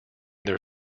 their